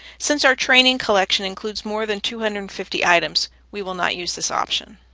since our training collection includes more than two hundred and fifty items, we will not use this option.